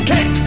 Kick